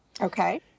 Okay